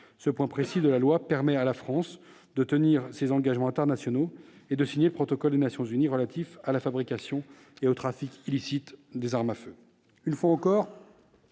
Ce point précis du texte permet à la France de tenir ses engagements internationaux et de signer le protocole des Nations unies contre la fabrication et le trafic illicites d'armes à feu.